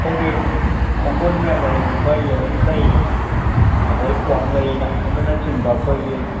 ꯑꯩꯈꯣꯏꯒꯤ ꯈꯣꯡꯒꯨꯟ ꯃꯩꯂꯩꯒꯨꯝꯕ ꯌꯦꯔꯨꯝ ꯂꯩ ꯑꯗꯒꯤ ꯀ꯭ꯋꯥꯛꯂꯩꯅ ꯍꯥꯏꯕꯅꯆꯤꯡꯕ ꯑꯩꯈꯣꯏꯒꯤ